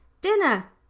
Dinner